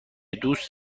دوست